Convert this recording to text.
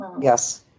yes